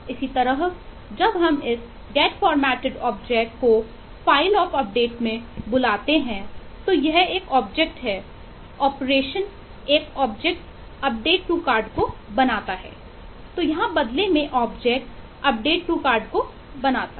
इसी तरह जब हम इस गेट फॉर्मेटेड ऑब्जेक्ट को बनाता है